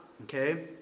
okay